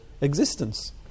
existence